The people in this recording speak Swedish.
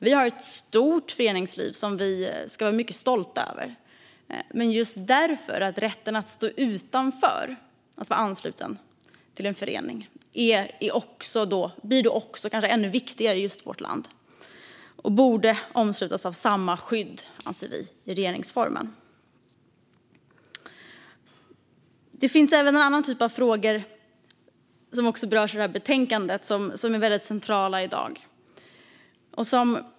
Vi har ett stort föreningsliv, som vi ska vara mycket stolta över, men just därför blir rätten att stå utanför - att inte vara ansluten till en förening - kanske ännu viktigare i just vårt land. Den borde omfattas av samma skydd i regeringsformen, anser vi. Det finns även en annan typ av frågor som berörs i betänkandet och som är väldigt centrala i dag.